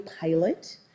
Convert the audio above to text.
pilot